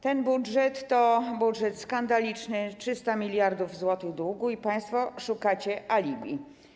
Ten budżet to budżet skandaliczny, 300 mld zł długu, i państwo szukacie alibi.